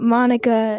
Monica